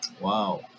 wow